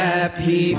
Happy